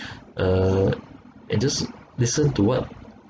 uh and just listen to what